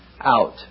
out